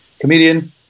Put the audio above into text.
comedian